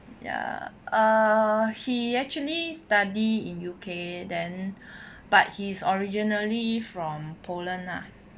ya err he actually study in U_K then but he's originally from poland lah